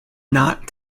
not